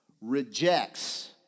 rejects